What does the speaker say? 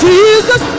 Jesus